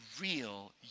real